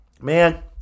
Man